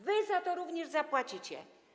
Wy za to również zapłacicie.